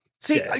See